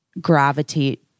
gravitate